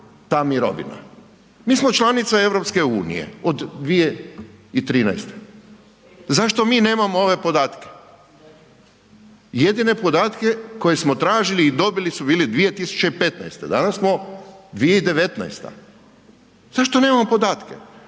Mi smo članica EU-a od 2013., zašto mi nemamo ove podatke? Jedine podatke koje smo tražili i dobili su bili 2015.,danas smo 2019., zašto nemamo podatke?